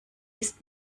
ist